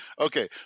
Okay